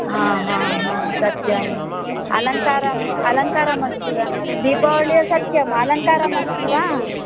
हा हा हा सत्यम् अलङ्कारम् अलङ्कारमस्ति वा दीपावळि सत्यम् अलङ्कारमस्ति वा